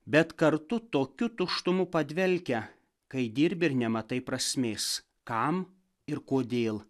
bet kartu tokiu tuštumu padvelkia kai dirbi ir nematai prasmės kam ir kodėl